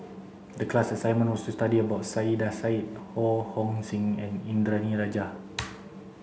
the class assignment was to study about Saiedah Said Ho Hong Sing and Indranee Rajah